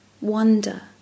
wonder